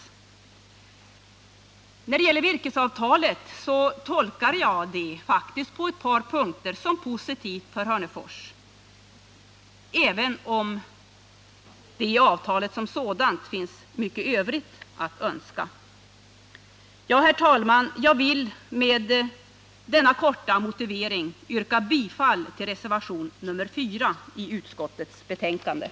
Nr 173 Virkesavtalet tolkar jag faktiskt på ett par punkter som positivt för Hörnefors del, även om det i avtalet som sådant finns mycket övrigt att önska. Herr talman! Jag vill med denna korta motivering yrka bifall till reservationen 4 vid utskottsbetänkandet.